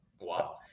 Wow